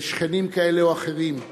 של שכנים כאלה או אחרים,